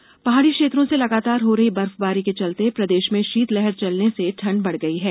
मौसम पहाड़ी क्षेत्रों से लगातार हो रही बर्फबारी के चलते प्रदेश में शीतलहर चलने से ठंड बढ़ गयी है